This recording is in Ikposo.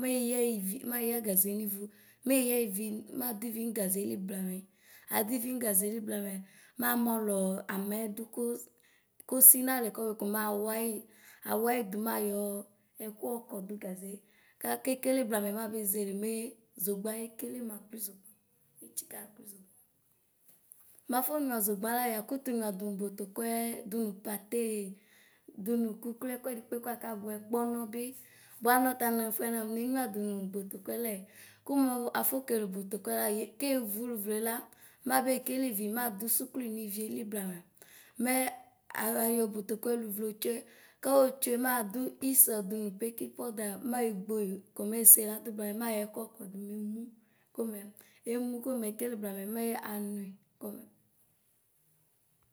mɛ eya ivi maya gaze nɩvʋ mɛ eya ivi madʋ ivi nʋ gazeli blamɛ adʋ ivi nʋ gazeli blamɛ mamɔlɔ amɛdʋ kosi nalɛ kɔbʋɛ komɛ awɩyɩ dʋ mayɔ ɛkʋ akɔdʋ gaze kahele blamɛ mabezele me zogba ekele makluizogbɔ matska akluizogbɔ mʋ afɔnyua zogba la yakʋtʋ nyʋa dʋnʋ botokɔɛ dʋnʋ pate dʋnʋ kluiklui ɛkʋɛ di kpekpe kʋ abiyɛyɛ kpɔnɔbi bʋa nɔta anɛfɛ nafɔ neyʋa dʋnʋ botokɔɛ kʋmʋ afɔ kele botokɔɛ ɛla yevʋ kevʋ ʋlʋvlela mɛ abekele ivi madʋ sʋkli nivili blamɛ mɛ ayɔ botokɔɛ lʋvle tsʋe kayɔ tsʋe madʋ ɩss dʋnʋ beki pɔda mayɔgboe komɛ eseladʋ blamɛ mayɔ ɛkʋ ɔkɔdʋ menʋ komɛ emʋ komɛ ekele blamɛ mɛ anʋy b